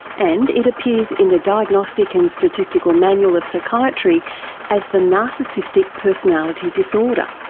and it appears in the diagnostic and statistical manual of psychiatry as the narcissistic personality disorder.